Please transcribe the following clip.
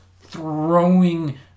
throwing